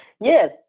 Yes